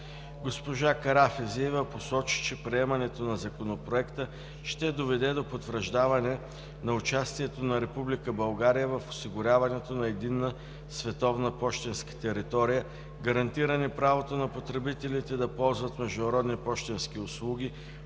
Госпожа Карафизиева посочи, че приемането на Законопроекта ще доведе до потвърждаване на участието на Република България в осигуряването на единна световна пощенска територия, гарантиране правото на потребителите да ползват международни пощенски услуги